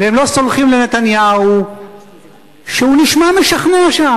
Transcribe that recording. הם לא סולחים לנתניהו שהוא נשמע משכנע שם,